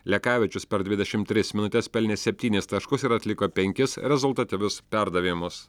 lekavičius per dvidešimt tris minutes pelnė septynis taškus ir atliko penkis rezultatyvius perdavimus